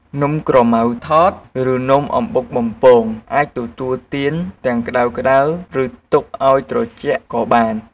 នំក្រម៉ៅថត ឬ នំអំបុកបំពង អាចទទួលទានទាំងក្តៅៗ ឬទុកឲ្យត្រជាក់ក៏បាន។